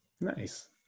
Nice